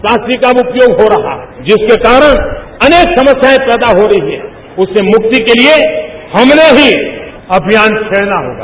plastic का उपयोग हो रहा है जिसके कारण अनेक समस्याएं पैदा हो रही हैं उससे मृक्ति के लिये हमने ही अभियान छेड़ना होगा